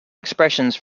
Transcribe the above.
expressions